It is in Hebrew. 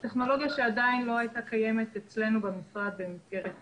זו טכנולוגיה שעדיין לא הייתה קיימת אצלנו במשרד במסגרת